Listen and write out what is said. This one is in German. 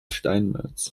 steinmetz